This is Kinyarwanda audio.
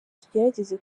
tugerageze